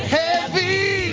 heavy